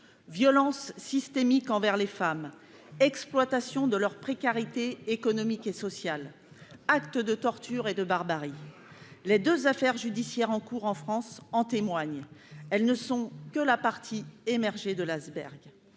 violence systémique envers les femmes, exploitation de leur précarité économique et sociale, actes de torture et de barbarie, les 2 affaires judiciaires en cours en France, en témoigne : elles ne sont que la partie émergée de l'iceberg,